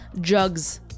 jugs